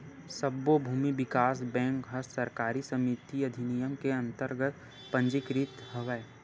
सब्बो भूमि बिकास बेंक ह सहकारी समिति अधिनियम के अंतरगत पंजीकृत हवय